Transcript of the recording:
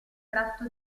tratto